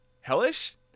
Hellish